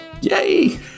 yay